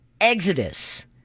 exodus